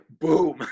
boom